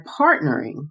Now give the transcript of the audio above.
partnering